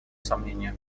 сомнению